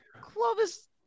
Clovis